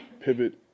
pivot